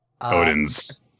Odin's